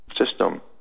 system